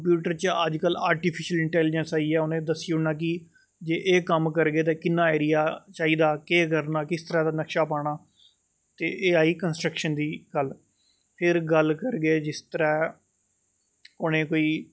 computer च अज्ज कल आर्टीफिशल इंटैलियंस आई आ उ'नैं दस्सी उड़ना की जे एह् कम्म करगे किन्ना एरिया चाहिदा केह् करना किस तरह् दा नक्शा पाना ते एह् आई कंसट्रक्शन दी गल्ल फिर गल्ल करगे जिस तरह् उ'नें कोई